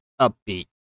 upbeat